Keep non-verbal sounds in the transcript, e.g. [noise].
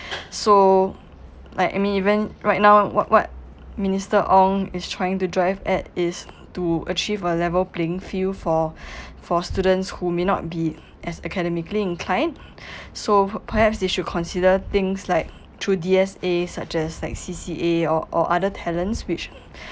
so like I mean even right now what what minister ong is trying to drive at is to achieve a level playing field for [breath] for students who may not be as academically inclined [breath] so perhaps they should consider things like through D_S_A such as like C_C_A or or other talents which